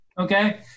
okay